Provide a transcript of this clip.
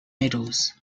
medals